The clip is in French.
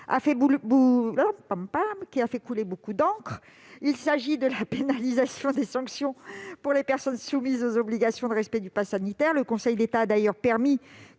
a fait couler beaucoup d'encre : la pénalisation des sanctions pour les personnes soumises aux obligations de respect du passe sanitaire. Le Conseil d'État a permis